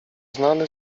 znany